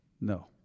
No